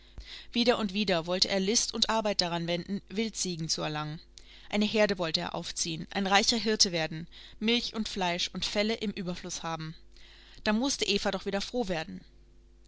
wieder und wieder wollte er list und arbeit daran wenden wildziegen zu erlangen eine herde wollte er aufziehen ein reicher hirte werden milch und fleisch und felle im überfluß haben da mußte eva doch wieder froh werden